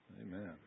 Amen